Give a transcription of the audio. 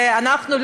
ואנחנו,